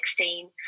2016